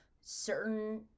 certain